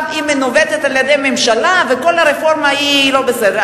מנווטת על-ידי הממשלה וכל הרפורמה היא לא בסדר.